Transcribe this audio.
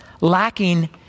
lacking